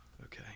Okay